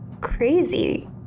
crazy